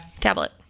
tablet